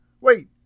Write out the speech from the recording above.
Wait